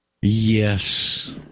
Yes